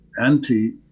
anti